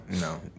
No